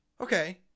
okay